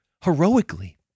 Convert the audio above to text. heroically